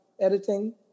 editing